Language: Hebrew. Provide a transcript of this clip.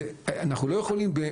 אנחנו לא יכולים,